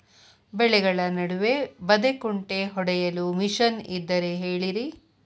ಬೆಳೆಗಳ ನಡುವೆ ಬದೆಕುಂಟೆ ಹೊಡೆಯಲು ಮಿಷನ್ ಇದ್ದರೆ ಹೇಳಿರಿ